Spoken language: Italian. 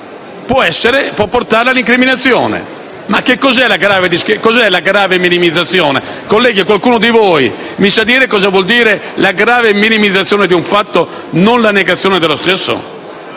può portare all'incriminazione. Ma che cosa è la "grave minimizzazione"? Colleghi, qualcuno di voi mi sa dire cosa vuol dire "grave minimizzazione" di un fatto e non la negazione dello stesso?